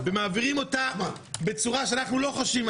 ומעבירים אותה בצורה שאנחנו לא חושבים,